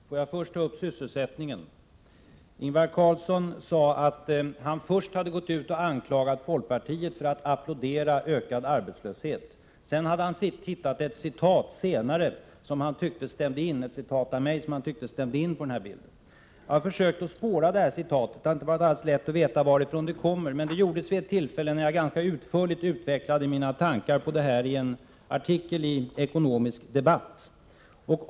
Herr talman! Får jag först ta upp sysselsättningen. Ingvar Carlsson sade att han först hade gått ut och anklagat folkpartiet för att applådera ökad arbetslöshet. Senare hade han hittat ett citat av mig som han tyckte stämde in på den här bilden. Jag har försökt att spåra detta citat; det har inte varit helt lätt att veta varifrån det kom. Uttalandet gjordes emellertid vid ett tillfälle då jag ganska utförligt utvecklade mina tankar om sysselsättningsfrågorna i en artikeli Ekonomisk Debatt.